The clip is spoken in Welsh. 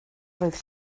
roedd